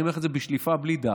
אני אומר לך את זה בשליפה בלי דף,